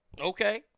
Okay